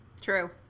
True